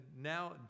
now